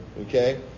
okay